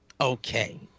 okay